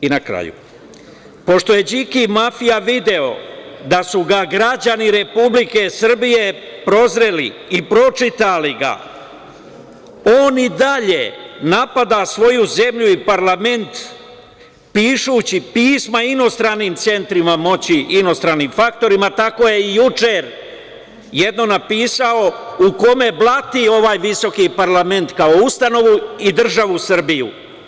I, na kraju pošto je Điki mafija video da su ga građani Republike Srbije prozreli i pročitali ga on i dalje napada svoju zemlju i parlament pišući pisma inostranim centrima moći, inostranim faktorima, tako je i juče jedno napisao u kome blati ovaj visoki parlament kao ustanovu i državu Srbiju.